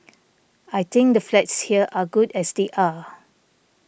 I think the flats here are good as they are